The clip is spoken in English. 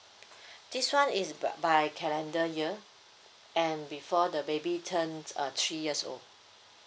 this one is b~ by calendar year and before the baby turns uh three years old